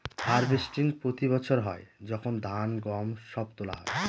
harvesting প্রতি বছর হয় যখন ধান, গম সব তোলা হয়